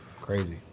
Crazy